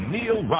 Neil